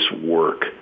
work